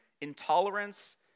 intolerance